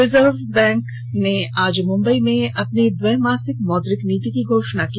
reserve bank ने आज मुम्बई में अपनी द्विमासिक मौद्रिक नीति की घोषणा की